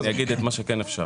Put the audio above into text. אני אומר את מה שכן אפשר.